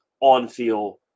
on-field